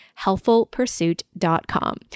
healthfulpursuit.com